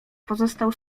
pozostał